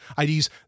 IDs